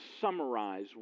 summarize